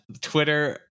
twitter